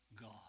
God